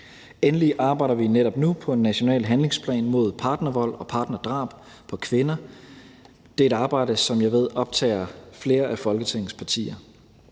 Endelig arbejder vi netop nu på en national handlingsplan mod partnervold og partnerdrab på kvinder. Det er et arbejde, som jeg ved optager flere af Folketingets partier.